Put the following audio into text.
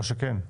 או שכן?